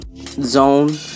zone